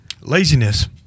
Laziness